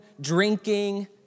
drinking